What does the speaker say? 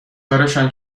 کارشان